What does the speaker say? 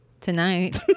Tonight